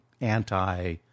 anti